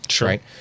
right